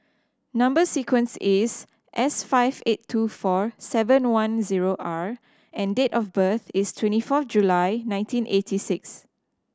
number sequence is S five eight two four seven one zero R and date of birth is twenty fourth July nineteen eighty six